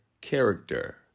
character